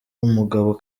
umugabo